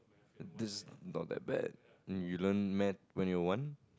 this is not that bad you learn math when you're one